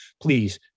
Please